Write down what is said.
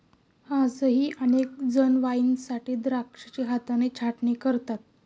आजही अनेक जण वाईनसाठी द्राक्षांची हाताने छाटणी करतात